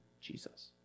Jesus